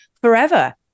forever